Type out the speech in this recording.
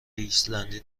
ایسلندی